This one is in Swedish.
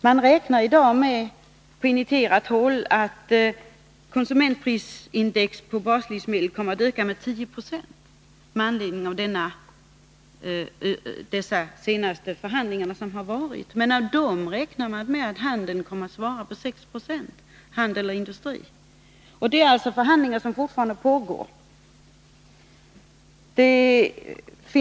Man räknar i dag med på initierat håll att konsumentprisindex på baslivsmedel kommer att öka med 10 96 och att därav handel och industri svarar för 6 Jo.